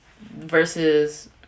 versus